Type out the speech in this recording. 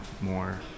more